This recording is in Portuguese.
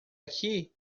aqui